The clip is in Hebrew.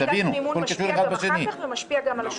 קביעת יחידת המימון משפיעה גם אחר כך ומשפיעה גם על השוטף.